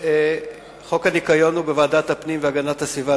חוק שמירת הניקיון הוא בוועדת הפנים והגנת הסביבה,